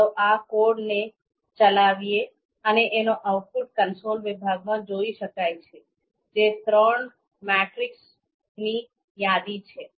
ચાલો આ કોડને ચલાવીએ અને એનો આઉટપુટ કન્સોલ વિભાગમાં જોઈ શકાય છે જે ત્રણ મેટ્રીસની યાદી છે